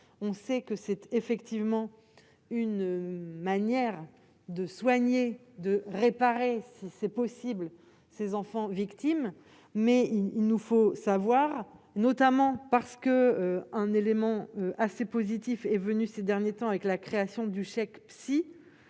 on sait que c'est effectivement une manière de soigner, de réparer, si c'est possible, ces enfants victimes mais il nous faut savoir. Notamment parce que un élément assez positif est venu ces derniers temps avec la création du chèque psy,